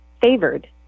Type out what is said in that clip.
favored